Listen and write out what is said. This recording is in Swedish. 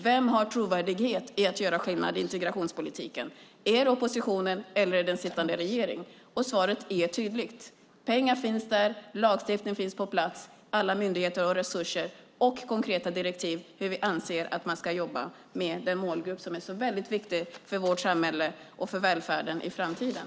Vem har trovärdighet när det gäller att göra skillnad i integrationspolitiken, oppositionen eller sittande regering? Svaret är tydligt, då en lagstiftning finns på plats och alla myndigheter har resurser. Och vi har gett konkreta direktiv om hur man ska jobba med den målgrupp som är så väldigt viktig för vårt samhälle och för välfärden i framtiden.